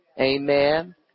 amen